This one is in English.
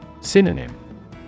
Synonym